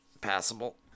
passable